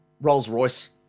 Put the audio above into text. Rolls-Royce